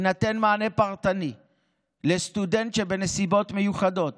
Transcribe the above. יינתן מענה פרטני לסטודנט שבנסיבות מיוחדות